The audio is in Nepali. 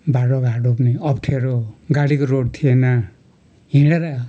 बाटो घाटो पनि अप्ठ्यारो गाडीको रोड थिएन हिँडेर